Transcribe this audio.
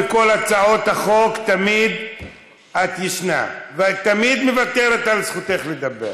בכל הצעות החוק תמיד את ישנה ואת תמיד מוותרת על זכותך לדבר.